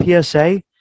PSA